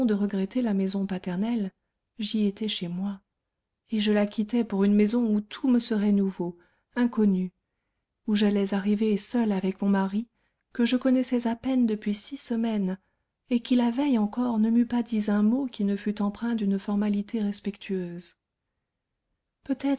regretter la maison paternelle j'y étais chez moi et je la quittais pour une maison où tout me serait nouveau inconnu où j'allais arriver seule avec mon mari que je connaissais à peine depuis six semaines et qui la veille encore ne m'eût pas dit un mot qui ne fût empreint d'une formalité respectueuse peut-être